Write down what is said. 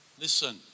Listen